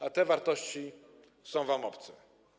A te wartości są wam obce.